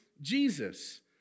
Jesus